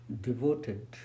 devoted